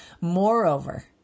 Moreover